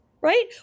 right